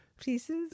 Pieces